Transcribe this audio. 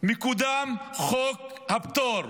מקודם חוק הפטור,